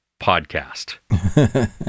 podcast